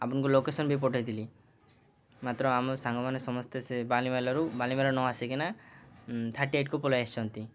ଆପଣଙ୍କୁ ଲୋକେସନ୍ ବି ପଠେଇଥିଲି ମାତ୍ର ଆମ ସାଙ୍ଗମାନେ ସମସ୍ତେ ସେ ବାଲିମେଲାରୁ ବାଲିମେଲା ନଆସିକିନା ଥାର୍ଟି ଏଇଟ୍କୁ ପଲେଇ ଆସିଛନ୍ତି